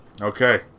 Okay